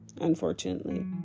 unfortunately